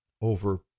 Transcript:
over